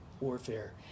warfare